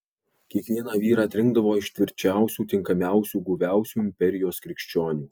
kiekvieną vyrą atrinkdavo iš tvirčiausių tinkamiausių guviausių imperijos krikščionių